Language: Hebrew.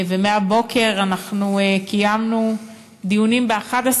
ומהבוקר אנחנו קיימנו דיונים ב-11